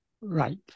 Right